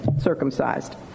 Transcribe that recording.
circumcised